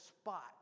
spot